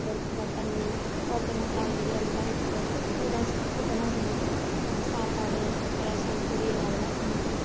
ஒருத்தங்க தண்ணி ஒருத்தங்க காய்கறி அந்தமாதிரி எடுத்துட்டு வந்து கூட்டமாக சேர்ந்து சாப்பாடு ரசம் பொரியல் அதெல்லாம் செஞ்சு